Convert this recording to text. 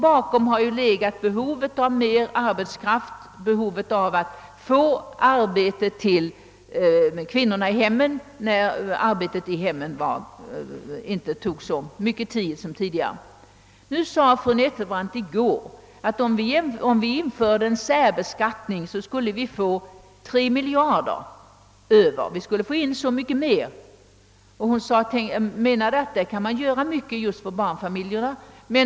Bakom kravet på särbeskattning har l1egat behovet av mer arbetskraft, behovet av att kvinnorna i hemmen går ut i arbetslivet. Fru Nettelbrandt sade i går, att om vi införde en särbeskattning, skulle vi därmed få tre miljarder kronor mer i skatteintäkter, att man med dessa skulle kunna göra mycket just för barnfamiljerna.